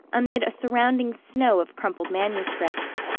amid a surrounding snow of crumpled manuscript.